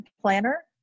planner